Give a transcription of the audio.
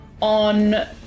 on